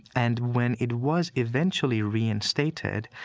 and when it was eventually reinstated,